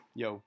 yo